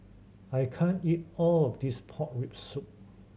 I can't eat all of this pork rib soup